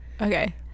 Okay